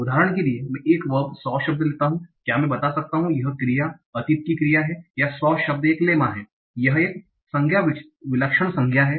तो उदाहरण है कि मैं वर्ब saw शब्द लेता हूं क्या मैं बता सकता हूं कि यह क्रिया अतीत की क्रिया है या saw शब्द 1 लेमा है और यह एक संज्ञा विलक्षण संज्ञा है